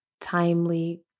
timely